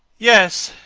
yes!